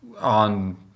on